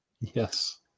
Yes